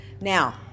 Now